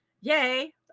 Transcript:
yay